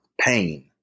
pain